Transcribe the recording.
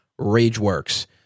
Rageworks